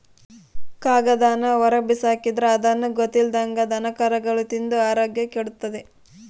ಕಾಗದಾನ ಹೊರುಗ್ಬಿಸಾಕಿದ್ರ ಅದುನ್ನ ಗೊತ್ತಿಲ್ದಂಗ ದನಕರುಗುಳು ತಿಂದು ಆರೋಗ್ಯ ಕೆಡಿಸೆಂಬ್ತವ